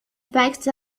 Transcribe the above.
facts